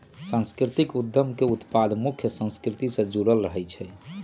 सांस्कृतिक उद्यम के उत्पाद मुख्य संस्कृति से जुड़ल रहइ छै